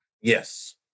Yes